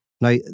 Now